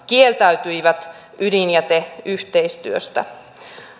kieltäytyivät ydinjäteyhteistyöstä